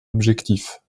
objectif